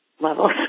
levels